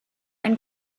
ein